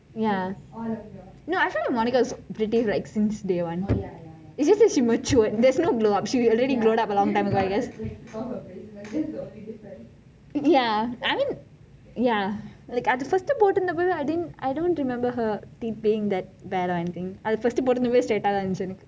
ya no actually monica is pretty since day one it is just that she matured there is no grow up she already grow up she already grew up long time ago ya I mean ya like அது:athu first போட்டிருந்தபே:pothirunthapei I didn't I don't remember her being that bad or anything அது:athu first போட்டிருந்தபே:pothirunthapei straight ஆக இருந்தச்சு எனக்கு:aaka irunthachu enakku